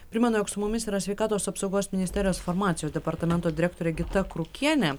primenu jog su mumis yra sveikatos apsaugos ministerijos farmacijos departamento direktorė gita krukienė